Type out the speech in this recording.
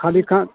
खाली खा